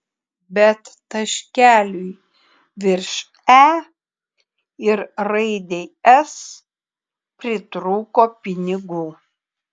bet taškeliui virš e ir raidei s pritrūko pinigų